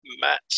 Matt